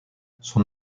son